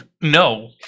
No